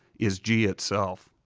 is g itself.